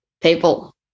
people